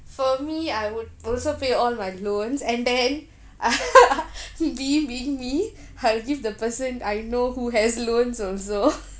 for me I would also pay all my loans and then me being me I'll give the person I know who has loans also